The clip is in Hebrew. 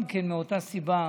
גם כן מאותה סיבה,